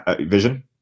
vision